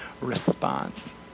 response